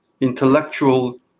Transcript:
intellectual